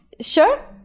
Sure